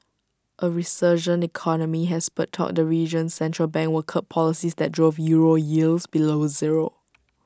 A resurgent economy has spurred talk the region's central bank will curb policies that drove euro yields below zero